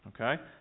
Okay